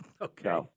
Okay